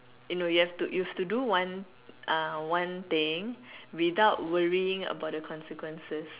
you know you have to use to do one uh one thing without worrying about the consequences